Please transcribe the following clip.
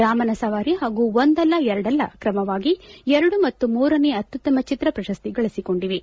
ರಾಮನ ಸವಾರಿ ಹಾಗೂ ಒಂದಲ್ಲ ಎರಡಲ್ಲ ಕ್ರಮವಾಗಿ ಎರಡೂ ಮತ್ತು ಮೂರನೇ ಅತ್ಯುತ್ತಮ ಚಿತ್ರ ಪ್ರಶಸ್ತಿಗಳಿಸಿಕೊಂಡಿವೆ